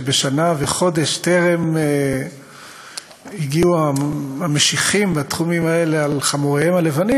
שבשנה וחודש טרם הגיעו המשיחים בתחומים האלה על חמוריהם הלבנים,